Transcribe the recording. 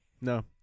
No